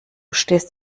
stehst